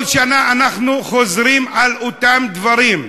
כל שנה אנחנו חוזרים על אותם דברים.